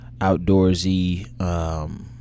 outdoorsy